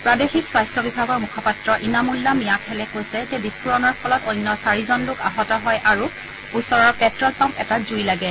প্ৰাদেশিক স্বাস্থ্য বিভাগৰ মুখপাত্ৰ ইনামুল্লা মিয়াখেলে কৈছে যে বিস্ফোৰণৰ ফলত অন্য চাৰিজন লোক আহত হয় আৰু ওচৰৰ পেট্ট'ল পাম্প এটাত জুই লাগে